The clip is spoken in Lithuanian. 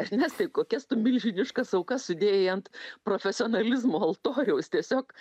ernestai kokias tu milžiniškas aukas sudėjai ant profesionalizmo altoriaus tiesiog